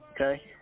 Okay